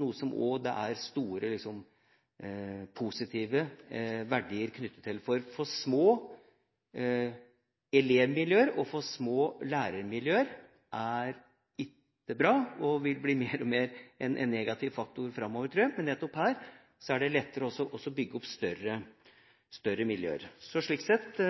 noe det også er store positive verdier knyttet til. For små elevmiljøer og for små læremiljøer er ikke bra, og vil mer og mer bli en negativ faktor framover, tror jeg. Men nettopp her er det lettere å bygge opp større miljøer. Så slik sett,